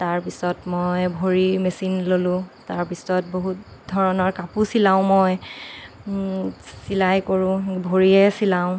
তাৰ পিছত মই ভৰিৰ মেচিন ল'লো তাৰ পিছত বহুত ধৰণৰ কাপোৰ চিলাওঁ মই চিলাই কৰোঁ ভৰিৰে চিলাওঁ